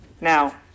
Now